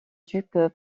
duc